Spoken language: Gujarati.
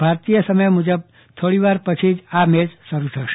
ભારતીય સમય મુજબ થોડી વાર પછી જ મેચ શરૂ થશે